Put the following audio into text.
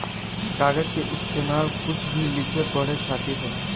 कागज के इस्तेमाल कुछ भी लिखे पढ़े खातिर होला